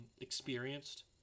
experienced